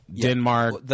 Denmark